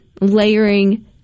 layering